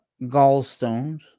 gallstones